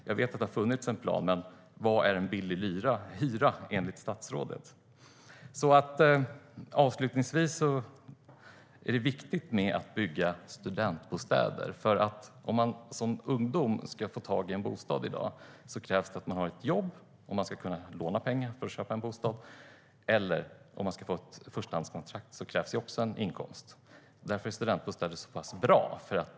Jag vet att det har funnits en plan. Men vad är en billig hyra, enligt statsrådet? Avslutningsvis är det viktigt att bygga studentbostäder. Om man som ungdom ska få tag i en bostad i dag krävs det att man har jobb, ifall man ska kunna låna pengar för att köpa en bostad. Om man ska få ett förstahandskontrakt krävs det också en inkomst. Därför är studentbostäder så pass bra.